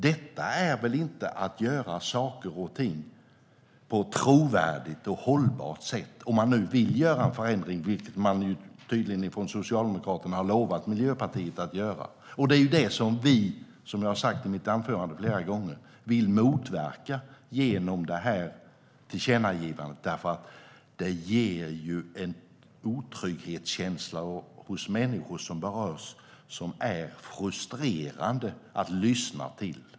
Det är väl inte att göra saker och ting på ett trovärdigt och hållbart sätt om man nu vill göra en förändring, vilket Socialdemokraterna tydligen har lovat Miljöpartiet att göra. Det är det som vi, som jag har sagt flera gånger, vill motverka genom det här tillkännagivandet. Det ger en otrygghetskänsla hos människor som berörs, och det är frustrerande att lyssna till dem.